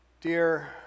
Dear